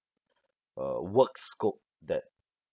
uh work scope that